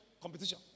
competition